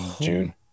June